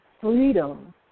freedom